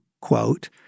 quote